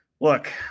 Look